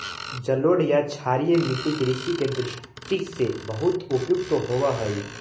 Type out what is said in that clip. जलोढ़ या क्षारीय मट्टी कृषि के दृष्टि से बहुत उपयुक्त होवऽ हइ